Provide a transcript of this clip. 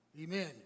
Amen